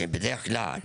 שבדרך כלל